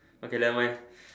okay never mind